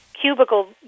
cubicle